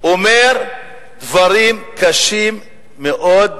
אומר דברים קשים מאוד,